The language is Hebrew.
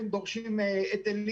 דורשים היטלי